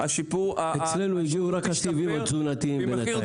אצלנו בינתיים הגיעו רק השלבים התזונתיים.